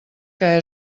que